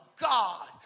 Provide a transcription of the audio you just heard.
God